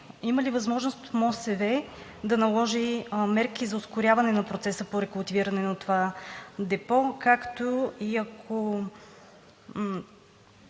имали възможност МОСВ да наложи мерки за ускоряване на процеса по рекултивиране на това депо? Тъй като